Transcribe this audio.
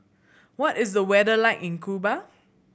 what is the weather like in Cuba